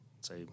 say